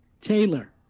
Taylor